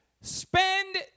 Spend